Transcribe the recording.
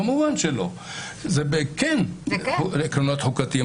כמובן שכן עקרונות חוקתיים.